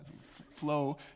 flow